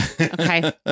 okay